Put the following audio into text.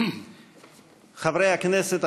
חברי הכנסת,